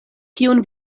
kiun